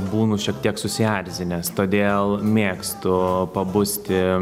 būnu šiek tiek susierzinęs todėl mėgstu pabusti